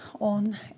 on